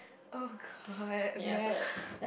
oh god